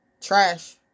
trash